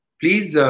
please